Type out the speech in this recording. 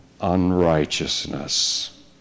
unrighteousness